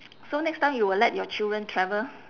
so next time you will let your children travel